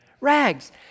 rags